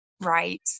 Right